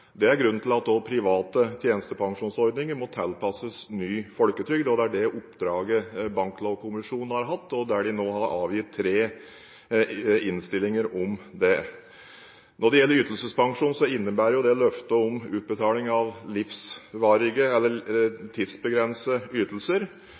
Det er grunnen til at private tjenestepensjonsordninger må tilpasses ny folketrygd. Det er det oppdraget Banklovkommisjonen har hatt, der man nå har avgitt tre innstillinger. Ytelsespensjon innebærer løfter om utbetaling av tidsbegrensede eller livsvarige ytelser. Disse løftene må være fullfinansiert til enhver tid. I den sammenhengen må det